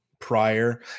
prior